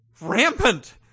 rampant